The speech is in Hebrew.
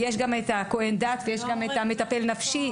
יש גם את המטפל הנפשי.